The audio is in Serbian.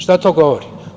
Šta to govori?